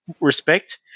respect